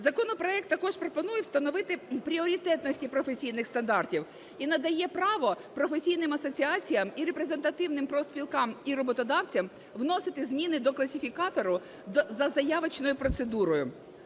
Законопроект також пропонує встановити пріоритетності професійних стандартів і надає право професійним асоціаціям і репрезентативним профспілкам і роботодавцям вносити зміни до класифікатору за заявочною процедурою.